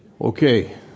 Okay